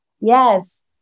Yes